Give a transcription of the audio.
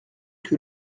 que